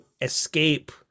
escape